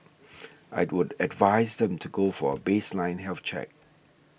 I would advise them to go for a baseline health check